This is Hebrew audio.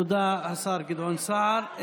תודה, השר גדעון סער.